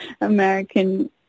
American